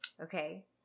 Okay